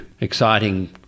exciting